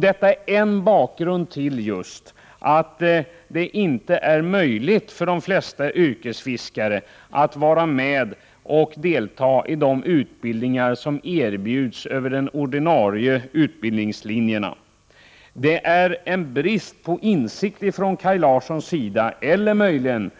Detta är en bakgrund till just att det inte är möjligt för de flesta yrkesfiskare att vara med och delta i de utbildningar som erbjuds utöver de ordinarie utbildningslinjerna. Det är brist på insikt från Kaj Larssons sida, eller möjligen